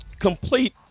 complete